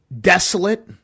desolate